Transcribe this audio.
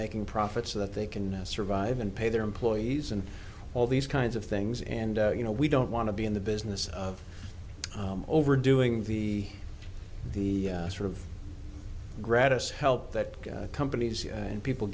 making profits so that they can survive and pay their employees and all these kinds of things and you know we don't want to be in the business of overdoing the the sort of gratis help that companies and people